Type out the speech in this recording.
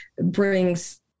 brings